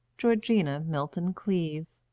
georgina milton-cleave.